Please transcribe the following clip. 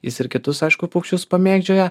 jis ir kitus aišku paukščius pamėgdžioja